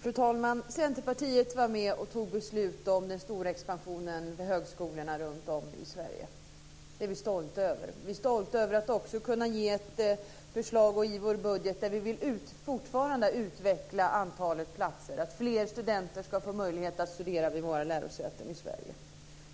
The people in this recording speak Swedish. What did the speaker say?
Fru talman! Centerpartiet var med och tog beslut om den stora expansionen vid högskolorna runtom i Sverige. Det är vi stolta över. Vi är också stolta över att kunna ha ett förslag i vår budget där vi fortfarande vill utveckla antalet platser så att fler studenter ska få möjlighet att studera vid våra lärosäten i Sverige.